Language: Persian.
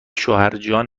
شوهرجان